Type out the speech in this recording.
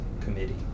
committee